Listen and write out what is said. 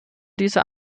dieser